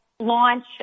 launch